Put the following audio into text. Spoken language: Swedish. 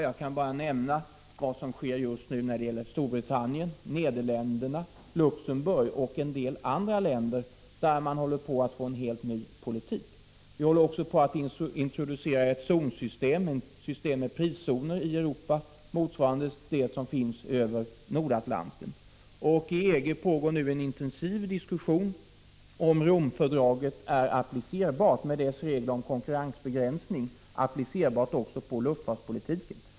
Jag kan nämna att man i Storbritannien, Nederländerna, Luxemburg och en del andra länder nu är i färd med att utforma en ny luftfartspolitik. Man håller också på att introducera ett system med priszoner i Europa motsvarande det system som finns för Nordatlanten. Inom EG pågår nu en intensiv diskussion om huruvida Romfördraget, med dess regler om konkurrensbegränsning, är applicerbart också på luftfartspolitiken.